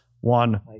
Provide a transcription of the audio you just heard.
one